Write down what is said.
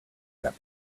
that